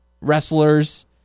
wrestlers